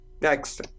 Next